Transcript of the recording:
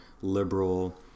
liberal